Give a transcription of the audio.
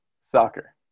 soccer